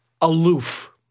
aloof